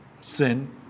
sin